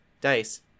dice